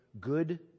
good